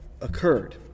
occurred